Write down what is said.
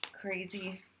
crazy